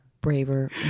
braver